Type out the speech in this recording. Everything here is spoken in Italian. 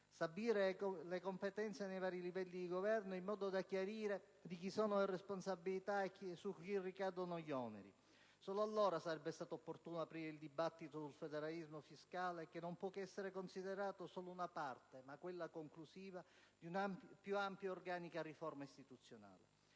stabilire le competenze dei vari livelli di governo in modo da chiarire di chi sono le responsabilità e su chi ricadono gli oneri. Solo allora sarebbe stato opportuno aprire il dibattito sul federalismo fiscale, che non può che essere considerato solo una parte, ma quella conclusiva, di una più ampia ed organica riforma istituzionale.